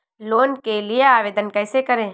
Loan के लिए आवेदन कैसे करें?